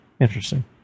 Interesting